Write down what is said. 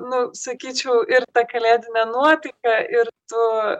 nu sakyčiau ir ta kalėdinė nuotaika ir tu